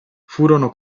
furono